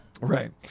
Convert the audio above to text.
Right